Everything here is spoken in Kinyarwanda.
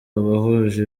abahuje